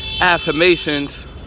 affirmations